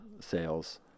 sales